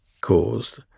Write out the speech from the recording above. caused